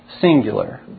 singular